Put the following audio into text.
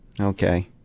okay